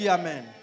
amen